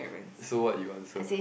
so what you answer